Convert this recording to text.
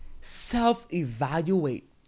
Self-evaluate